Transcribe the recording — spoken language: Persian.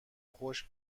خشک